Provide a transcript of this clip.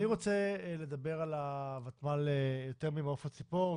אני רוצה לדבר על הוותמ"ל יותר ממעוף הציפור,